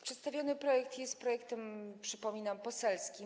Przedstawiony projekt jest projektem, przypominam, poselskim.